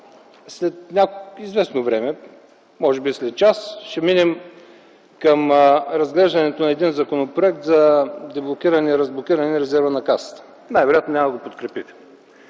След известно време, може би след час ще минем към разглеждането на един законопроект за деблокиране и разблокиране резерва на Касата. Най-вероятно няма да го подкрепите.